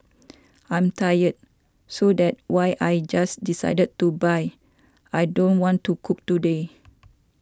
I'm tired so that why I just decided to buy I don't want to cook today